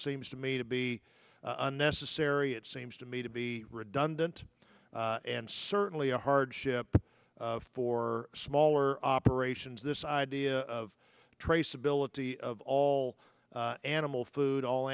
seems to me to be unnecessary it seems to me to be redundant and certainly a hardship for smaller operations this idea of traceability of all animal food all